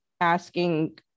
asking